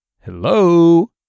Hello